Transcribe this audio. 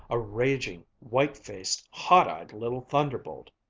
a raging, white-faced, hot-eyed little thunderbolt.